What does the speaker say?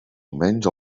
almenys